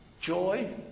Joy